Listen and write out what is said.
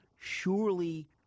surely